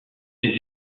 ses